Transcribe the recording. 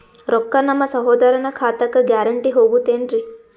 ರೊಕ್ಕ ನಮ್ಮಸಹೋದರನ ಖಾತಕ್ಕ ಗ್ಯಾರಂಟಿ ಹೊಗುತೇನ್ರಿ?